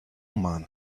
man